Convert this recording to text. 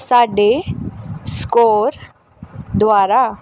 ਸਾਡੇ ਸਕੋਰ ਦੁਆਰਾ